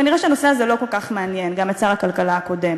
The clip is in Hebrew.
כנראה הנושא הזה לא כל כך מעניין גם את שר הכלכלה הקודם.